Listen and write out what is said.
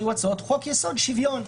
היו הצעות חוק-יסוד: שוויון.